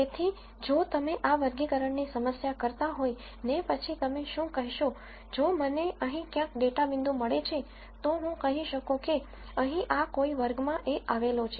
તેથી જો તમે આ વર્ગીકરણની સમસ્યા કરતા હોય ને પછી તમે શું કહેશો જો મને અહીં ક્યાંક ડેટા પોઇન્ટમળે છે તો હું કહી શકું કે અહીં આ કોઈ વર્ગ માં એ આવેલો છે